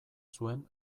zuen